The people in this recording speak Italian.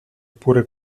oppure